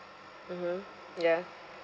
mmhmm ya